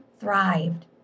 thrived